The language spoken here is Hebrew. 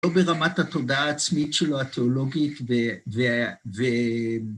לא ברמת התודעה העצמית שלו התיאולוגית ב..ו...